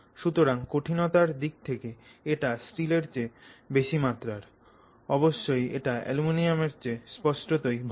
সুতরাং কঠিনতার দিক থেকে এটা স্টিলের চেয়ে বেশি মাত্রার অবশ্যই এটা অ্যালুমিনিয়ামের চেয়ে স্পষ্টতই ভাল